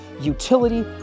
utility